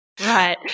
Right